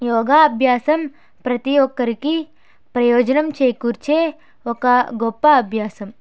యోగ అభ్యాసం ప్రతి ఒక్కరికి ప్రయోజనం చేకూర్చే ఒక గొప్ప అభ్యాసం